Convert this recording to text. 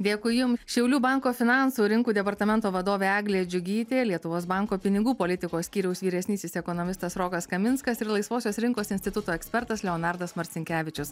dėkui jum šiaulių banko finansų rinkų departamento vadovė eglė džiugytė lietuvos banko pinigų politikos skyriaus vyresnysis ekonomistas rokas kaminskas ir laisvosios rinkos instituto ekspertas leonardas marcinkevičius